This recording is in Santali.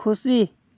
ᱠᱷᱩᱥᱤ